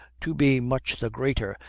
to be much the greater,